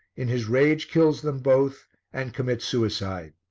in his rage kills them both and commits suicide.